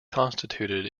constituted